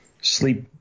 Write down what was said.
sleep